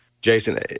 Jason